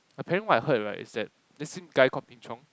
apparently what I heard right is that there is some guy call Ping-Chong